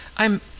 I'm